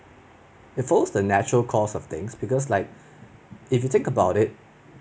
it fools the natural cost of things because like if you think about it